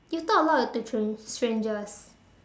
you talk a lot to strange~ strangers